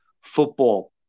football